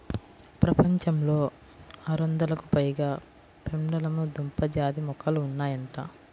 ప్రపంచంలో ఆరొందలకు పైగా పెండలము దుంప జాతి మొక్కలు ఉన్నాయంట